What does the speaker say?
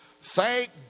Thank